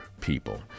people